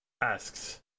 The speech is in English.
asks